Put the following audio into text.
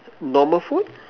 normal food